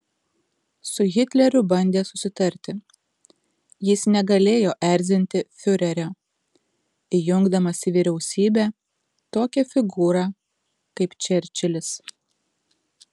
su hitleriu bandė susitarti jis negalėjo erzinti fiurerio įjungdamas į vyriausybę tokią figūrą kaip čerčilis